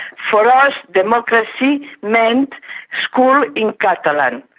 for us democracy meant school in catalan,